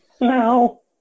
No